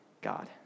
God